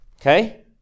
okay